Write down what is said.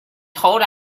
told